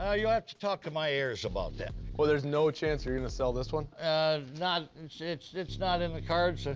ah you'll have to talk to my heiress about that. well, there's no chance you're gonna sell this one? um not it's it's not in the cards.